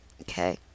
okay